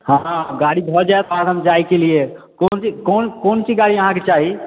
हँ गाड़ी भऽ जायत साधन जायके लिए कोन चीज कोन चीज गाड़ी अहाँकेँ चाही